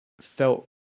felt